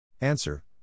Answer